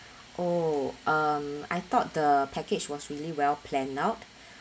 oh um I thought the package was really well planned out um